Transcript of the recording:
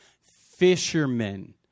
Fishermen